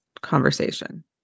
conversation